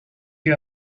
you